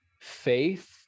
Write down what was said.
faith